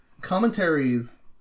Commentaries